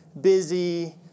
busy